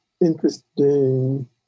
interesting